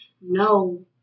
no